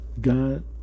God